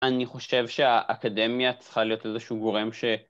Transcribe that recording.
אני חושב שהאקדמיה צריכה להיות איזשהו גורם ש...